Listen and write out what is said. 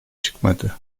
çıkmadı